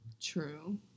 True